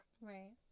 Right